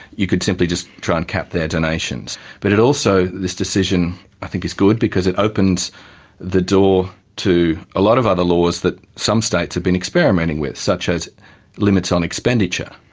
you could simply just try and cap their donations. but it also, this decision i think is good because it opens the door to a lot of other laws that some states have been experimenting with, such as limits on expenditure,